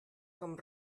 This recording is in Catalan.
com